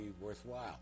worthwhile